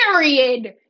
period